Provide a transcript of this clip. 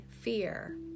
fear